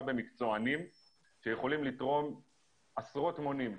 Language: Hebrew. במקצוענים שיכולים לתרום עשרות מונים,